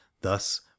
thus